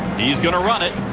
he he is going to run it.